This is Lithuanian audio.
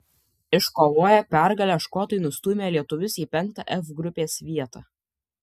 iškovoję pergalę škotai nustūmė lietuvius į penktą f grupės vietą